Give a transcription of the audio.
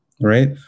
right